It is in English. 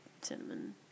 cinnamon